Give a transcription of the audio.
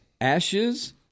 Ashes